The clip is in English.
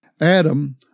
Adam